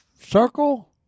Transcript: circle